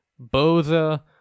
Boza